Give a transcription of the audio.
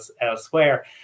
elsewhere